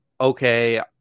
okay